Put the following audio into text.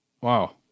Wow